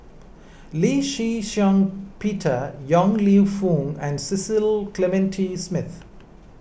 Lee Shih Shiong Peter Yong Lew Foong and Cecil Clementi Smith